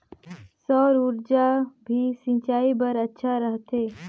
सौर ऊर्जा भी सिंचाई बर अच्छा रहथे?